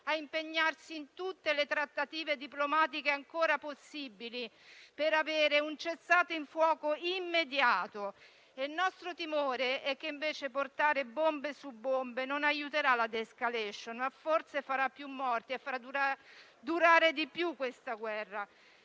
di impegnarsi in tutte le trattative diplomatiche ancora possibili per avere un cessate il fuoco immediato. Il nostro timore è che invece portare bombe su bombe non aiuterà la *de-escalation*, ma forse farà più morti e farà durare di più questa guerra.